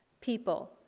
people